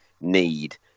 need